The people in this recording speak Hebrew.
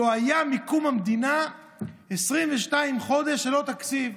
מקום המדינה לא היה 22 חודש ללא תקציב.